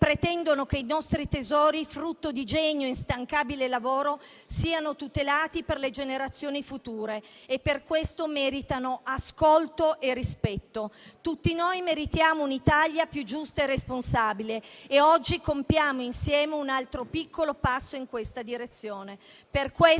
pretendono che i nostri tesori, frutto di genio e instancabile lavoro, siano tutelati per le generazioni future e per questo meritano ascolto e rispetto. Tutti noi meritiamo un'Italia più giusta e responsabile e oggi compiamo insieme un altro piccolo passo in questa direzione.